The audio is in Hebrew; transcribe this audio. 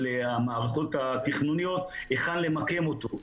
המערכות התכנוניות היכן למקם את השדה,